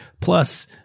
plus